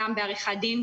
גם בעריכת דין,